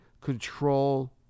control